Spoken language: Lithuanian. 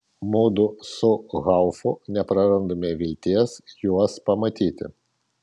mudu su haufu neprarandame vilties juos pamatyti